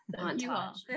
Montage